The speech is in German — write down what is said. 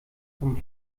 vom